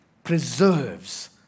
preserves